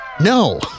No